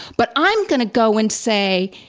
but i'm going to go and say,